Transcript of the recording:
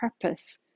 purpose